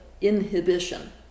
inhibition